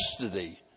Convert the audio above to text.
custody